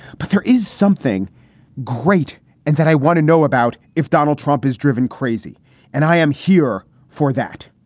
but there is something great and that i want to know about. if donald trump is driven crazy and i am here for that,